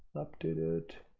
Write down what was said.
update it